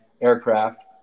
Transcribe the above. aircraft